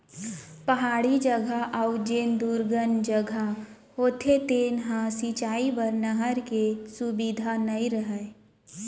पहाड़ी जघा अउ जेन दुरगन जघा होथे तेन ह सिंचई बर नहर के सुबिधा नइ रहय